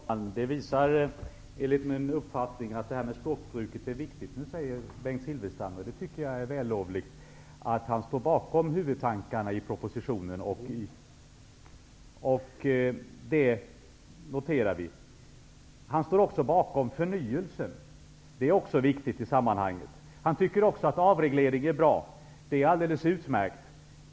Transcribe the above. Herr talman! Det här visar enligt min uppfattning att språkbruket är viktigt. Nu säger Bengt Silfverstrand -- och det är vällovligt -- att han står bakom huvudtankarna i propositionen. Det noterar vi. Han står också bakom förnyelsen. Det är viktigt i sammanhanget. Han tycker dessutom att avreglering är bra. Det är alldeles utmärkt.